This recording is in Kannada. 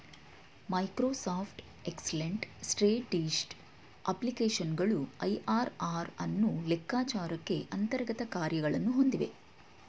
ಮೈಕ್ರೋಸಾಫ್ಟ್ ಎಕ್ಸೆಲೆಂಟ್ ಸ್ಪ್ರೆಡ್ಶೀಟ್ ಅಪ್ಲಿಕೇಶನ್ಗಳು ಐ.ಆರ್.ಆರ್ ಅನ್ನು ಲೆಕ್ಕಚಾರಕ್ಕೆ ಅಂತರ್ಗತ ಕಾರ್ಯಗಳನ್ನು ಹೊಂದಿವೆ